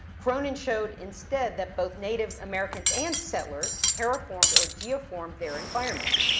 cronin showed instead that both native americans and settlers terraformed or geoformed their environment.